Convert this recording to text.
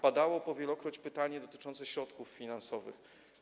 Padało po wielokroć pytanie dotyczące środków finansowych.